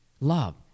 love